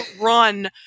run –